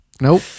Nope